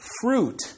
fruit